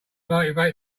motivate